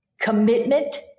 Commitment